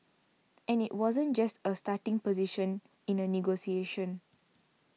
and it wasn't just a starting position in a negotiation